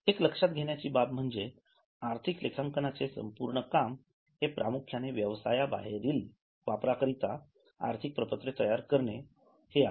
एकलक्ष्यातघेण्याचीबाब म्हणजेआर्थिक लेखांकनाचे संपूर्ण काम हे प्रामुख्यानेव्यवसाया बाहेरील वापरा करिता आर्थिक प्रपत्रे तयार करणे हे आहे